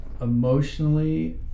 emotionally